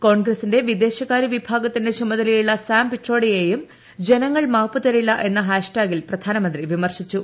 കോൺഗ്രസിന്റെ വിദേശകാര്യ വിഭാഗത്തിന്റെ ചുമതലയുള്ള സാം പിട്രോഡയെയും ജനങ്ങൾ മാപ്പുതരില്ല എന്ന ഹാഷ്ടാഗിൽ പ്രധാനമന്ത്രി വിമർശിച്ചു